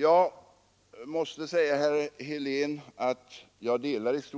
Jag instämmer i stort i herr Heléns